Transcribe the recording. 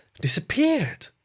disappeared